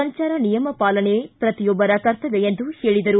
ಸಂಚಾರ ನಿಯಮ ಪಾಲನೆ ಪ್ರತಿಯೊಬ್ಬರ ಕರ್ತವ್ಯ ಎಂದು ಹೇಳಿದರು